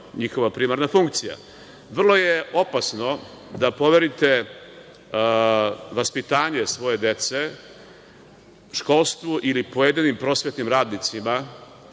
njihova primarna funkcija? Vrlo je opasno da poverite vaspitanje svoje dece školstvu ili pojedinim prosvetnim radnicima,